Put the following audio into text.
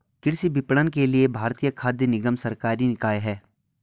कृषि विपणन के लिए भारतीय खाद्य निगम सरकारी निकाय है